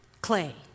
clay